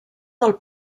del